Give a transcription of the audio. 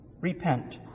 repent